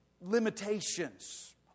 limitations